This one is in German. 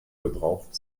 gebraucht